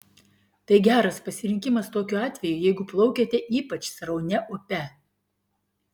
tai geras pasirinkimas tokiu atveju jeigu plaukiate ypač sraunia upe